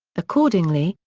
accordingly,